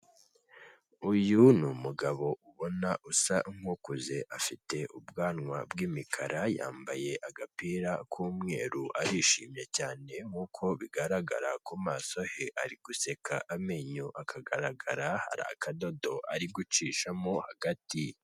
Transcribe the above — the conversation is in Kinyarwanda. Uyu ni umugabo ubona usa nk'ukuze afite ubwanwa bw'imikara yambaye agapira k'umweru, arishimye cyane nkuko bigaragara ku maso ye, ari guseka amenyo akagaragara hari akadodo ari gucishamo hagati.